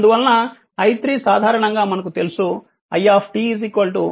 అందువలన i3 సాధారణంగా మనకు తెలుసు i I0 e t𝜏